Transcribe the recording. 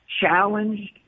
challenged